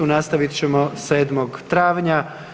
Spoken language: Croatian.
Nastavit ćemo 7. travnja.